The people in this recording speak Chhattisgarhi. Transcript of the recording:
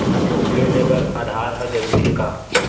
ऋण ले बर आधार ह जरूरी हे का?